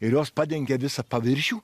ir jos padengia visą paviršių